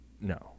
No